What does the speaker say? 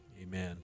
Amen